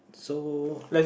so